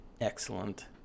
excellent